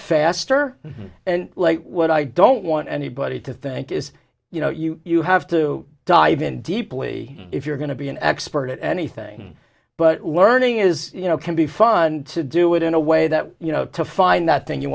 faster and what i don't want anybody to think is you know you have to dive in deeply if you're going to be an expert at anything but learning is you know can be fun to do it in a way that you know to find that thing you